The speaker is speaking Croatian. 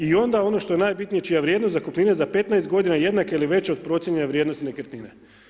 I onda ono što je najbitnije, čija vrijednost zakupnine za 15 godina jednake ili veća od procijenjene vrijednosti nekretnine.